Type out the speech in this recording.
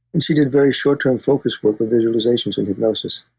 and she did very short term focus work with visualizations and hypnosis,